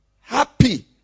happy